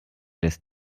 lässt